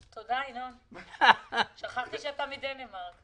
תודה, ינון, שכחתי שאתה מדנמרק...